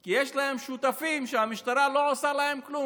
כי יש להם שותפים שהמשטרה לא עושה להם כלום.